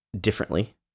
differently